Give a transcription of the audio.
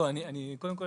אוקיי, בסדר גמור.